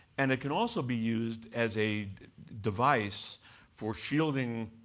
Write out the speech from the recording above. and it can also be used as a device for shielding